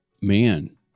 man